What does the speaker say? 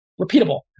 repeatable